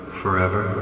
forever